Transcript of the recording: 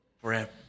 forever